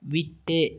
விட்டு